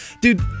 dude